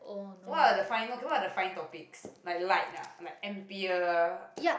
what are the final okay what are the fine topics like light ah like ampere